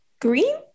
Green